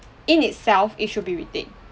in itself it should be retained